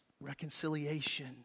reconciliation